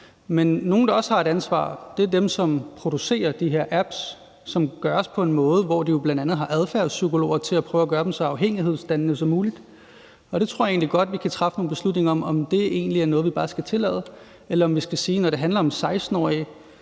nogle, der også har et ansvar, er dem, der producerer de her apps, som laves på en måde, hvor de bl.a. har adfærdspsykologer til at prøve at gøre dem så afhængighedsdannende som muligt. Og det tror jeg egentlig godt at vi kan træffe nogle beslutninger om, altså om det egentlig er noget, vi bare skal tillade, eller om vi skal sige, at det måske, når det handler om 16-årige,